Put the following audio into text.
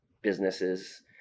businesses